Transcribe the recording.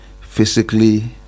physically